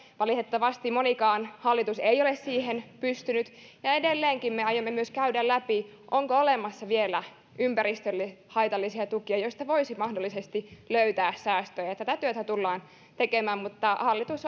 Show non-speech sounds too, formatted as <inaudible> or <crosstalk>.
valitettavasti monikaan hallitus ei ole siihen pystynyt ja edelleenkin me aiomme myös käydä läpi onko olemassa vielä ympäristölle haitallisia tukia joista voisi mahdollisesti löytää säästöjä tätä työtä tullaan tekemään mutta hallitus <unintelligible>